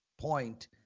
point